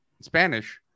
Spanish